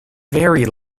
very